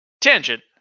Tangent